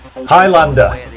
Highlander